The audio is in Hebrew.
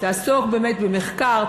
תעסוק באמת במחקר,